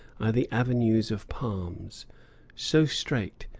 are the avenues of palms so straight,